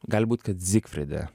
gali būt kad zigfride